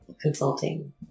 consulting